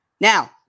Now